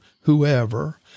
whoever